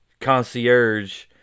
concierge